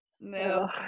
No